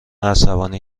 عصبانی